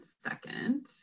second